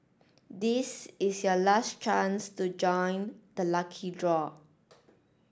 this is your last chance to join the lucky draw